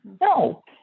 No